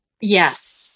Yes